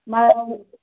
మా